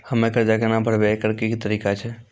हम्मय कर्जा केना भरबै, एकरऽ की तरीका छै?